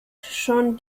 schon